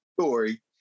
story